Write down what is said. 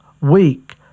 weak